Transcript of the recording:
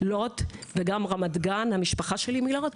לוד וגם רמת גן, המשפחה שלי מלוד,